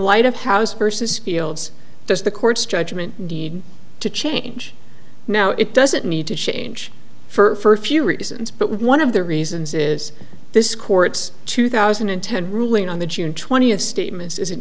light of house versus fields does the court's judgment need to change now it doesn't need to change for a few reasons but one of the reasons is this court's two thousand and ten ruling on the june twentieth statements is an